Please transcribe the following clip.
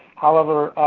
however,